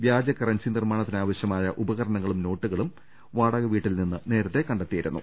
വ്യാജകറൻസി നിർമ്മാണത്തിനാവശ്യമായ ഉപകരണങ്ങളും നോട്ടുകളും വാടക വീട്ടിൽനിന്ന് നേരത്തെ കണ്ടെത്തിയിരുന്നു